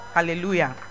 Hallelujah